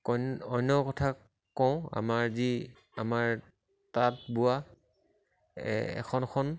কন অন্য কথা কওঁ আমাৰ যি আমাৰ তাঁতবোৱা এখন এখন